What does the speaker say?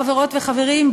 חברות וחברים,